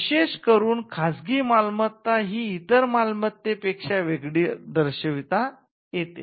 विशेष करून खाजगी मालमत्ता ही इतर मालमत्ते पेक्षा वेगळी दर्शविता येते